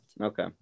Okay